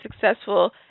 successful